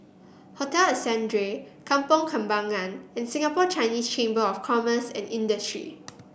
Hotel Ascendere Kampong Kembangan and Singapore Chinese Chamber of Commerce and Industry